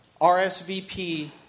RSVP